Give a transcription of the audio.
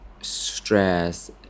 stress